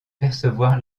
percevoir